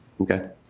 Okay